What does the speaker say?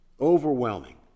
overwhelming